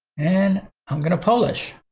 and i'm gonna publish.